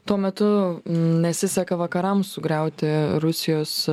tuo metu nesiseka vakarams sugriauti rusijos